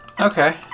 Okay